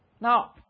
Now